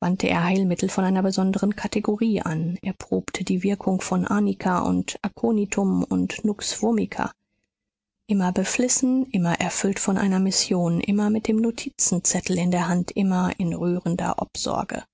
wandte er heilmittel von einer besonderen kategorie an erprobte die wirkungen von arnika und akonitum und nux vomica immer beflissen immer erfüllt von einer mission immer mit dem notizenzettel in der hand immer in rührender obsorge